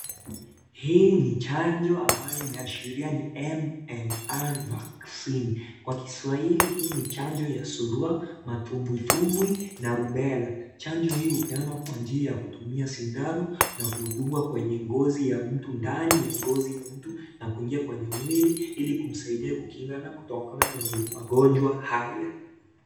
Hii ni chanjo ambayo imeashiria ni MMR Vaccine. Kwa Kiswahili, hii ni chanjo ya surua, matumbwi tumbwi na rubela. Chanjo hii hupeanwa kwa njia ya kutumia sindano na kudungwa kwenye ngozi ya mtu ndani ya ngozi ya mtu na kuingia kwenye mwili, ili kumsaidia kukingana kutokana na magonjwa haya.